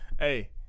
Hey